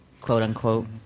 quote-unquote